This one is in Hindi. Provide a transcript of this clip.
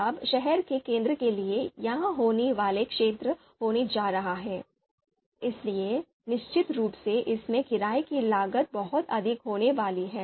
अब शहर के केंद्र के लिए यह होने वाला क्षेत्र होने जा रहा है इसलिए निश्चित रूप से इसमें किराये की लागत बहुत अधिक होने वाली है